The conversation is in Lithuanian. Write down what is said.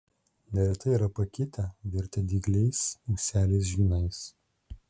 neretai yra pakitę virtę dygliais ūseliais žvynais